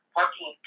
working